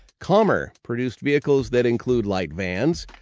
commer, produced vehicles that include light vans,